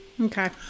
Okay